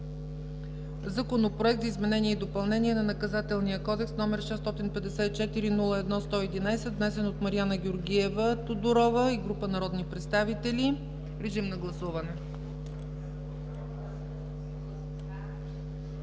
Законопроект за изменение и допълнение на Наказателния кодекс № 654-01-111, внесен от Мариана Георгиева Тодорова и група народни представители. Гласували